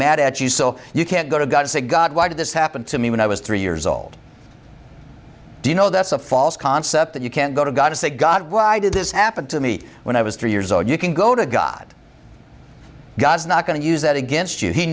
mad at you so you can't go to god say god why did this happen to me when i was three years old do you know that's a false concept that you can't go to god to say god why did this happen to me when i was three years old you can go to god god's not going to use that against you he